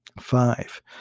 Five